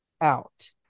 out